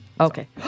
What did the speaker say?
Okay